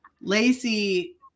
Lacey